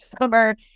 summer